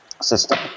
system